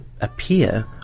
appear